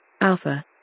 Alpha